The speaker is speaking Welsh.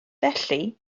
felly